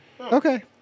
Okay